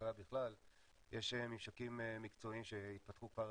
הכלכלה בכלל יש ממשקים מקצועיים שהתפתחו כבר